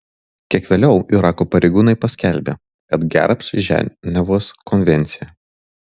kiek vėliau irako pareigūnai paskelbė kad gerbs ženevos konvenciją